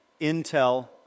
Intel